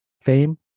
fame